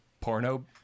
porno